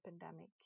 pandemic